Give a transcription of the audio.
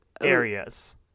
areas